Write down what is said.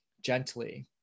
gently